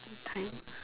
time